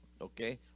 Okay